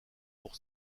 pour